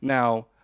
Now